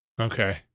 Okay